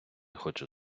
хочу